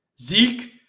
Zeke